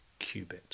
qubit